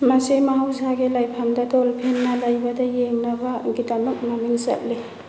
ꯃꯁꯤ ꯃꯍꯧꯁꯥꯒꯤ ꯂꯩꯐꯝꯗ ꯗꯣꯜꯐꯤꯟꯅ ꯂꯩꯕꯗ ꯌꯦꯡꯅꯕꯒꯤꯗꯃꯛ ꯃꯃꯤꯡ ꯆꯠꯂꯤ